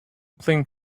playing